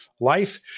life